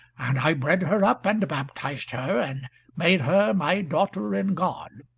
and i bred her up and baptized her, and made her my daughter in god.